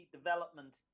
development